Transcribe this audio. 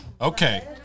okay